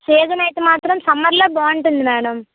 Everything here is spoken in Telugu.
సీజన్ అయితే మాత్రం సమ్మర్లో బాగుంటుంది మేడం